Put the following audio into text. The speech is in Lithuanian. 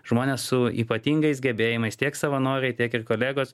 žmones su ypatingais gebėjimais tiek savanoriai tiek ir kolegos